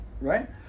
right